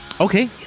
Okay